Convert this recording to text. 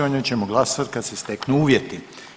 O njoj ćemo glasovati kad se steknu uvjeti.